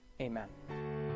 Amen